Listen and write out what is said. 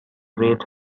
red